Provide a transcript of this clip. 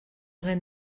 vrai